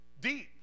deep